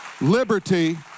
liberty